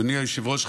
אדוני היושב-ראש,